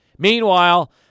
Meanwhile